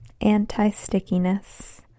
anti-stickiness